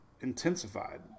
intensified